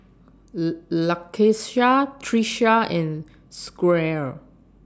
Lakeisha Trisha and Squire